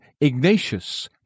Ignatius